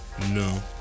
No